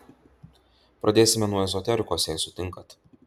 pradėsime nuo ezoterikos jei sutinkate